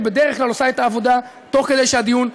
ובדרך כלל עושה את העבודה תוך כדי הדיון,